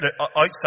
Outside